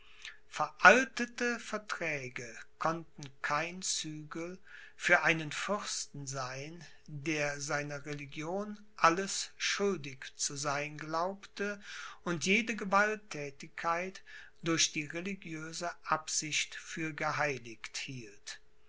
veraltete verträge konnten kein zügel für einen fürsten sein der seiner religion alles schuldig zu sein glaubte und jede gewalttätigkeit durch die religiöse absicht für geheiligt hielt